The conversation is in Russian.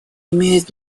имеет